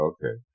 Okay